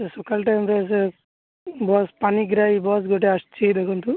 ସେ ସକାଳ ଟାଇମ୍ ରେ ସେ ବସ୍ ପାଣିଗ୍ରାହୀ ବସ୍ ଗୋଟେ ଆସୁଛି ଦେଖନ୍ତୁ